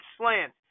slant